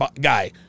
guy